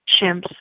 chimps